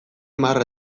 marra